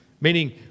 Meaning